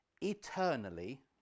eternally